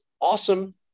awesome